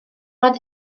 ond